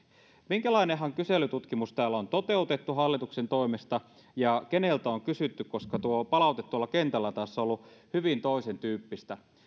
minkähänlainen kyselytutkimus täällä on toteutettu hallituksen toimesta ja keneltä on kysytty koska tuo palaute tuolla kentällä taas on ollut hyvin toisen tyyppistä